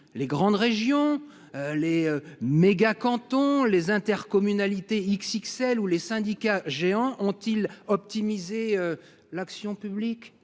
Les grandes régions, les méga cantons, les intercommunalités XXL ou les syndicats géants ont ils conduit à optimiser l’action publique ?